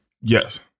Yes